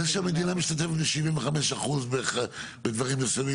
זה שהמדינה משתתפת ב-75% בדברים מסוימים